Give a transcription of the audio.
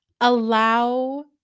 allow